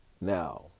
now